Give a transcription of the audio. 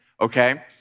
okay